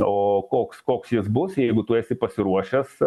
o koks koks jis bus jeigu tu esi pasiruošęs